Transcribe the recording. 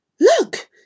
Look